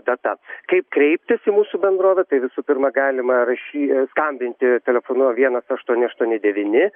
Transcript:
data kaip kreiptis į mūsų bendrovę tai visų pirma galima rašy skambinti telefonu vienas aštuoni aštuoni devyni